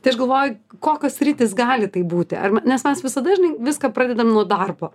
tai aš galvoju kokios sritys gali taip būti nes mes visada žinai viską pradedam nuo darbo